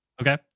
Okay